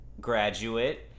graduate